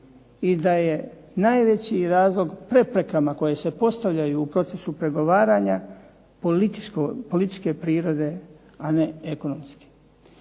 i da je najveći razlog preprekama koje se postavljaju u procesu pregovaranja političke prirode, a ne ekonomske.